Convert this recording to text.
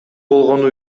болгону